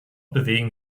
bewegen